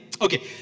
Okay